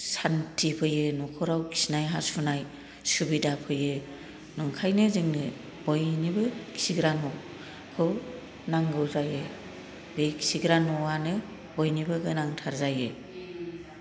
सान्थि फैयो नखराव खिनाय हासुनाय सुबिदा फैयो ओंखायनो जोंनो बयनोबो खिग्रा न' खौ नांगौ जायो बे खिग्रा न'आनो बयनिबो गोनांथार जायो